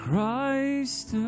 Christ